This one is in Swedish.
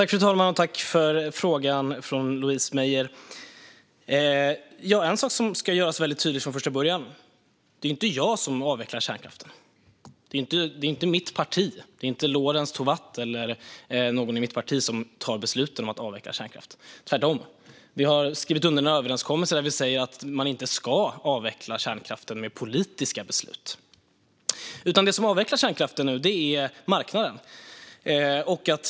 Fru talman! Jag tackar för frågan från Louise Meijer. En sak ska göras tydlig från första början: Det är inte jag som avvecklar kärnkraften. Det är inte mitt parti. Det är inte Lorentz Tovatt eller någon annan i mitt parti som fattar beslut om att avveckla kärnkraften. Vi har tvärtom skrivit under en överenskommelse där vi säger att man inte ska avveckla kärnkraften med politiska beslut. Det som avvecklar kärnkraften nu är marknaden.